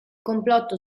complotto